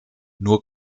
nur